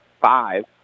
five